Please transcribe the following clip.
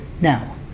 now